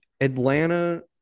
Atlanta